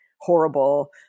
horrible